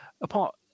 apart